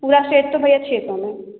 पूरा सेट तो भैया छ सौ में